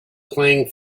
playing